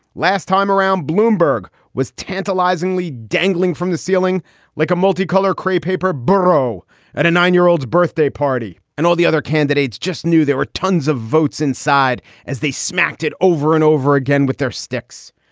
last time around, bloomberg was tantalizingly dangling from the ceiling like a multi-color krey paper burro at a nine year old's birthday party, and all the other candidates just knew there were tons of votes inside as they smacked it over and over again with their sticks.